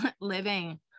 living